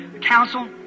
council